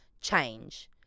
change